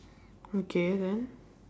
okay then